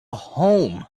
home